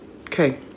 Okay